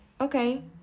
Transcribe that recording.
Okay